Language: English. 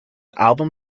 album